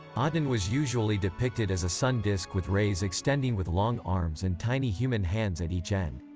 aten was usually depicted as a sun disk with rays extending with long arms and tiny human hands at each end.